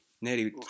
nearly